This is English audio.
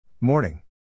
Morning